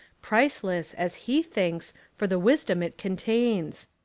priceless, as he thinks, for the wisdom it contains.